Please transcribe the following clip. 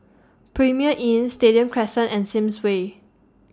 Premier Inn Stadium Crescent and Sims Way